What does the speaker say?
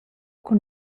cun